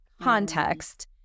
context